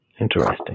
Interesting